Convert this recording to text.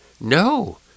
No